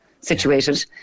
situated